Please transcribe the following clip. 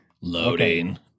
Loading